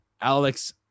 alex